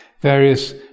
various